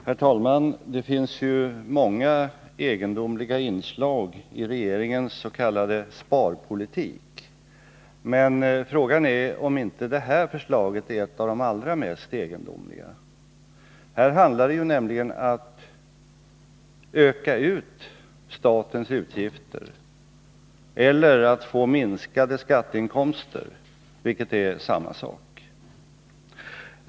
Herr talman! Det finns många egendomliga inslag i regeringens s.k. sparpolitik. Men frågan är om inte det här förslaget är ett av de allra egendomligaste. Här handlar det nämligen om att öka statens utgifter eller att få minskade skatteinkomster, vilket är samma sak.